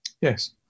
Yes